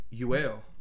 UL